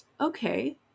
okay